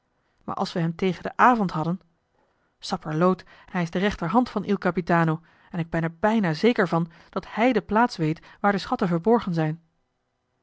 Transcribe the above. maar als we hem tegen den avond hadden sapperloot hij is de rechterhand van il capitano en ik ben er bijna zeker van dat hij de plaats weet waar de schatten verborgen zijn